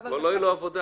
כבר לא תהיה לו עבודה.